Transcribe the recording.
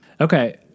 Okay